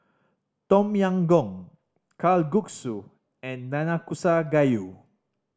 Tom Yam Goong Kalguksu and Nanakusa Gayu